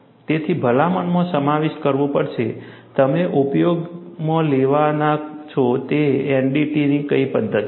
તેથી ભલામણમાં સમાવિષ્ટ કરવું પડશે તમે ઉપયોગમાં લેવાના છો તે NDT ની કઈ પદ્ધતિ છે